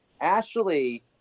Ashley